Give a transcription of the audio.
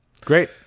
great